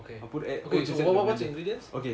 okay okay so what what what's the ingredients